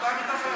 אתה מדבר?